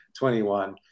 21